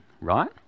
right